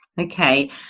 Okay